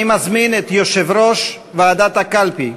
אני מזמין את יושב-ראש ועדת הקלפי,